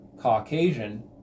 Caucasian